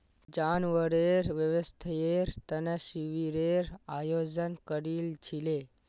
जानवरेर स्वास्थ्येर तने शिविरेर आयोजन करील छिले